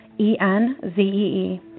E-N-Z-E-E